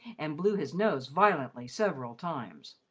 and blew his nose violently several times.